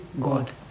god